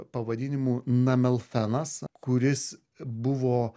pavadinimu namelfenas kuris buvo